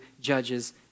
judges